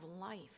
life